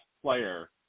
Player